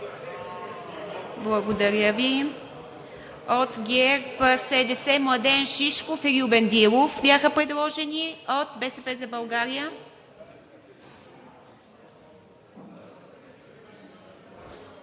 Благодаря Ви. От ГЕРБ-СДС – Младен Шишков и Любен Дилов бяха предложени. От „БСП за България“?